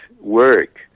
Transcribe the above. work